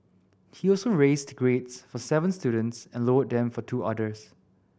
he also raised grades for seven students and lowered them for two others